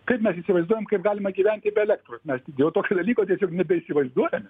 kaip mes įsivaizduojam kaip galima gyventi be elektros mes jau tokio dalyko tiesiog nebeįsivaizduojame